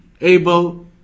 able